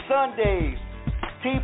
Sundays